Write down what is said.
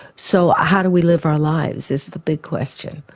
so how do we live our lives is the big question.